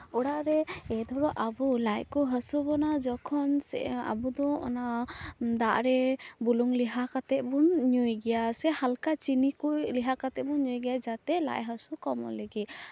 ᱚᱲᱟᱜᱨᱮ ᱫᱷᱚᱨᱚ ᱟᱵᱚ ᱞᱟᱡ ᱠᱚ ᱦᱟᱹᱥᱩ ᱵᱚᱱᱟ ᱡᱚᱠᱷᱚᱱ ᱟᱵᱚ ᱫᱚ ᱚᱱᱟ ᱫᱟᱜᱨᱮ ᱵᱩᱞᱩᱝ ᱞᱮᱣᱦᱟ ᱠᱟᱛᱮᱫ ᱵᱚᱱ ᱧᱩᱭ ᱜᱮᱭᱟ ᱥᱮ ᱦᱟᱞᱠᱟ ᱪᱤᱱᱤ ᱠᱚ ᱞᱮᱣᱦᱟ ᱠᱟᱛᱮᱫ ᱵᱚᱱ ᱧᱩᱭ ᱜᱮᱭᱟ ᱡᱟᱛᱮ ᱞᱟᱡ ᱦᱟᱹᱥᱩ ᱠᱚᱢᱚᱜ ᱞᱟᱹᱜᱤᱫ